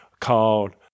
called